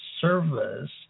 service